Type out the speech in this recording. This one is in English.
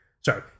sorry